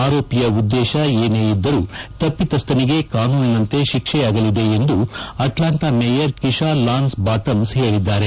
ಆರೋಪಿಯ ಉದ್ಗೇತ ಏನೇ ಇದ್ಗರೂ ತಪ್ಪಿತಸ್ಥನಿಗೆ ಕಾನೂನಿನಂತೆ ಶಿಕ್ಷೆಯಾಗಲಿದೆ ಎಂದು Atlanta mayor Keisha Lance Bottoms ಹೇಳಿದ್ದಾರೆ